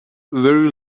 very